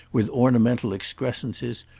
with ornamental excrescences,